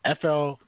FL